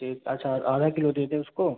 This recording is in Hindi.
ठीक अच्छा आधा किलो दे दे उसको